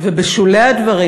ובשולי הדברים,